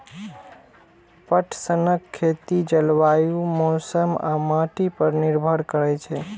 पटसनक खेती जलवायु, मौसम आ माटि पर निर्भर करै छै